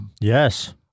Yes